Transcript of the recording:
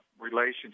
relationship